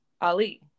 Ali